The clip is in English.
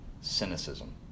cynicism